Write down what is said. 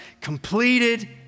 completed